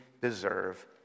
deserve